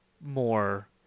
more